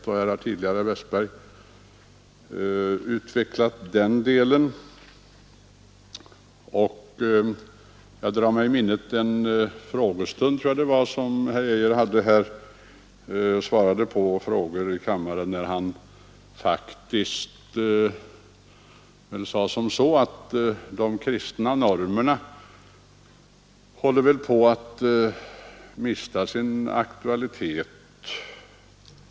Herr Westberg i Ljusdal har tidigare utvecklat den delen av resonemanget. Jag drar mig till minnes en frågestund vi hade här i kammaren. Herr Geijer svarade på en fråga, och det han sade hade ungefär den innebörden att de kristna normerna håller på att mista sin aktualitet.